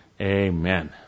Amen